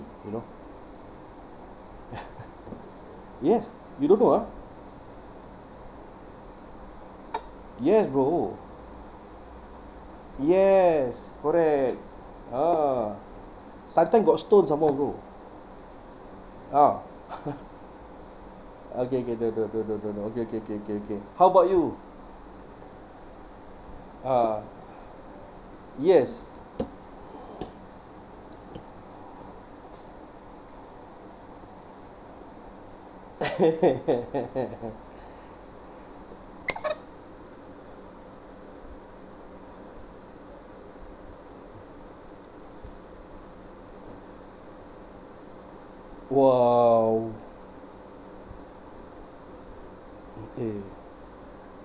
you know yes you don't know ah yes bro yes correct a'ah sometimes got stone some more bro ah okay K K don't don't don't don't don't ah okay okay K K K how about you a'ah yes !wow! mm